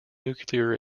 nuclear